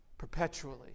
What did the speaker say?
perpetually